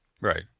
Right